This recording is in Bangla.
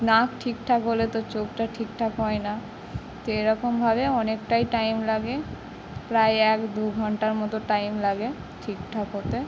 নাক ঠিকঠাক হলে তো চোখটা ঠিকঠাক হয় না তো এরকমভাবে অনেকটাই টাইম লাগে প্রায় এক দু ঘন্টার মতো টাইম লাগে ঠিকঠাক হতে